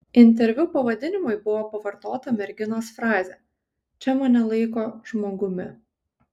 interviu pavadinimui buvo pavartota merginos frazė čia mane laiko žmogumi